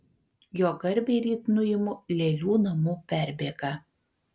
jo garbei ryt nuimu lėlių namų perbėgą